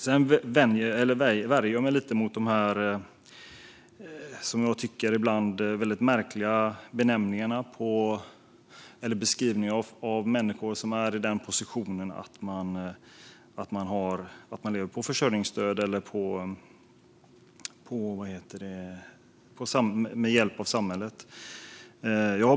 Jag värjer mig lite mot de, som jag tycker, ibland märkliga beskrivningarna av människor som lever på försörjningsstöd eller med hjälp av samhället.